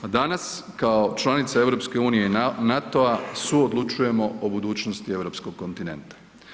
A danas kao članica EU i NATO-a suodlučujemo o budućnosti europskog kontinenta.